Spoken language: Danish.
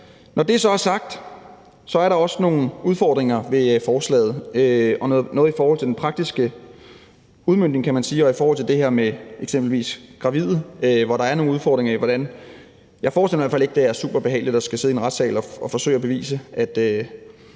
Når det så er sagt, er der også nogle udfordringer ved forslaget og noget i forhold til den praktiske udmøntning, kan man sige, og i forhold til det her med eksempelvis gravide, hvor der er nogle udfordringer. Jeg forestiller mig i hvert fald ikke, det er super behageligt at skulle sidde i en retssal og forsøge at bevise, at